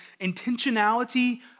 intentionality